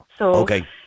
Okay